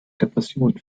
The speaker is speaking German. depression